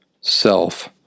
self